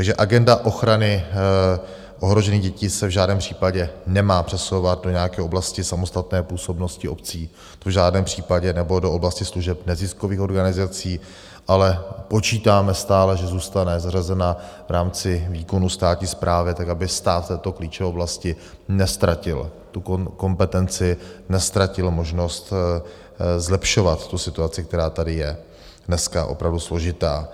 Takže agenda ochrany ohrožených dětí se v žádném případě nemá přesouvat do nějaké oblasti samostatné působnosti obcí, to v žádném případě, nebo do oblasti služeb neziskových organizací, ale počítáme stále, že zůstane zařazena v rámci výkonu státní správy tak, aby stát v této klíčové oblasti neztratil kompetenci, neztratil možnost zlepšovat situaci, která tady je dneska opravdu složitá.